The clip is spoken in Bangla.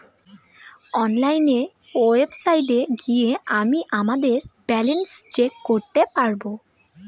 অনলাইন ওয়েবসাইটে গিয়ে আমিই আমাদের ব্যালান্স চেক করতে পারবো